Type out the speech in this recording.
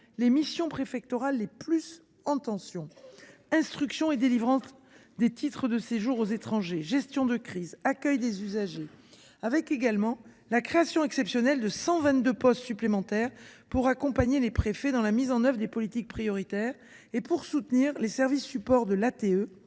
des missions préfectorales qui sont le plus en tension : instruction des demandes et délivrance des titres de séjour aux étrangers, gestion de crise, accueil des usagers. On enregistre également la création exceptionnelle de 122 postes supplémentaires pour accompagner les préfets dans la mise en œuvre des politiques prioritaires et pour soutenir les services supports de